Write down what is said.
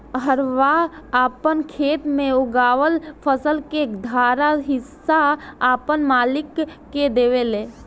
हरवाह आपन खेत मे उगावल फसल के आधा हिस्सा आपन मालिक के देवेले